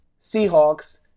Seahawks